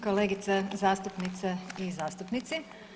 Kolegice zastupnice i zastupnici.